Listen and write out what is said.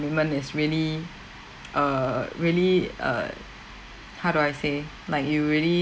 commitment is really err really err how do I say like you really